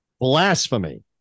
blasphemy